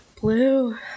Blue